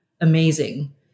amazing